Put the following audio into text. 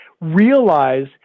realize